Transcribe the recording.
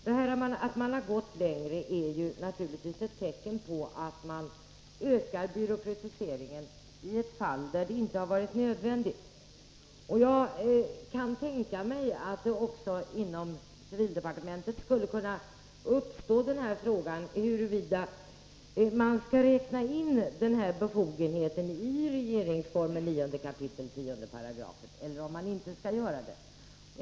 Att regeringen har gått längre är naturligtvis ett tecken på att man ökar byråkratiseringen i ett fall där det inte varit nödvändigt. Jag kan tänka mig att också inom civildepartementet skulle kunna uppstå frågan huruvida man skall räkna in denna befogenhet i regeringsformen 9 kap. 10 § eller om man inte skall göra det.